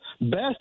Best